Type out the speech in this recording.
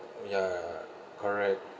ya correct